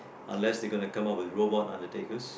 unless they gonna come up with robot undertakers